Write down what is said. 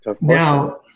Now